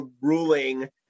ruling